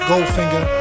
Goldfinger